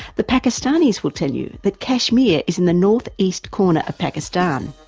the pakistanis will tell you that kashmir is in the north-east corner of pakistan,